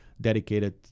dedicated